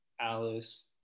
Alice